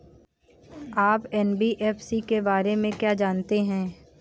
आप एन.बी.एफ.सी के बारे में क्या जानते हैं?